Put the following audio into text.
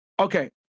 okay